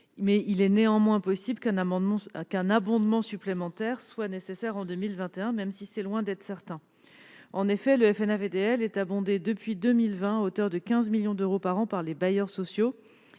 Il est néanmoins possible qu'un abondement supplémentaire soit nécessaire en 2021, même si c'est loin d'être certain. En effet, le FNAVDL est abondé depuis 2020 à hauteur de 15 millions d'euros par an par les bailleurs sociaux,